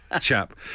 chap